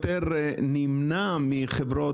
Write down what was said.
אם אני אסיים אותה מהר,